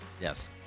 Yes